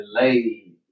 delayed